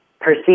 perceive